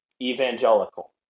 evangelical